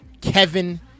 Kevin